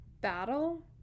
battle